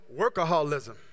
workaholism